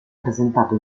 presentato